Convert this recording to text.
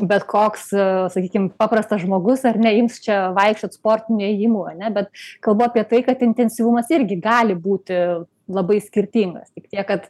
bet koks sakykim paprastas žmogus ar ne ims čia vaikščiot sportiniu ėjimu ane bet kalbu apie tai kad intensyvumas irgi gali būti labai skirtingas tik tiek kad